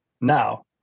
now